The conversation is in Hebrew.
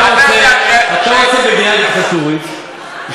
אתה רוצה מדינה דיקטטורית,